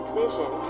vision